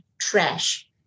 trash